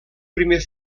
primer